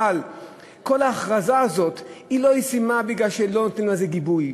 אבל כל ההכרזה הזאת לא ישימה בגלל שלא נותנים לזה גיבוי,